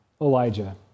Elijah